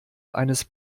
eines